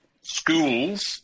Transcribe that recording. schools